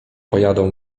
pojadą